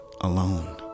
alone